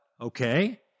okay